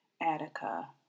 Attica